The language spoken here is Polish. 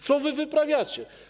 Co wy wyprawiacie?